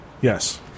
yes